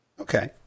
Okay